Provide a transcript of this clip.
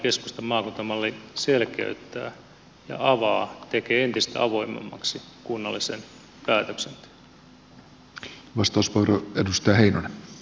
keskustan maakuntamalli selkeyttää ja avaa tekee entistä avoimemmaksi kunnallisen päätöksenteon